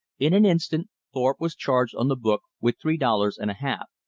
in an instant thorpe was charged on the book with three dollars and a half,